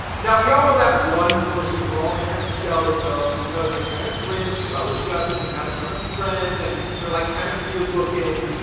now, we all know that one person we're all kind of jealous of because they're kind of rich well-adjusted and have a ton of friends and they're like kind of good-looking,